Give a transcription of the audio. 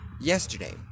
yesterday